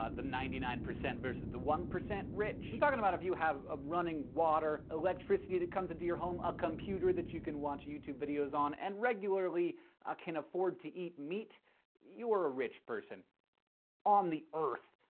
ah the ninety nine percent versus the one percent rich. i'm talking about if you have ah running water, electricity that comes into your home, a computer that you can watch youtube videos on, and regularly ah can afford to eat meat you are a rich person on the earth,